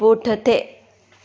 पुठिते